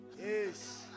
Yes